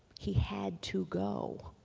he had to go.